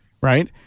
right